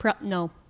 no